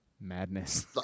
madness